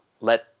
let